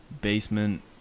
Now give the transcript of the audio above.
basement